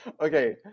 Okay